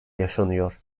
yaşanıyor